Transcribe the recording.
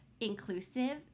inclusive